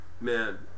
man